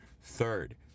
Third